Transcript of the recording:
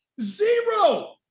Zero